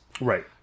Right